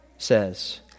says